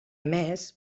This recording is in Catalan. més